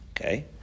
Okay